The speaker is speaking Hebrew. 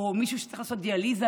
או מישהו שצריך לעשות דיאליזה,